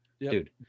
dude